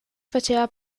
faceva